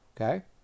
okay